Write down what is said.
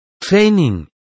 Training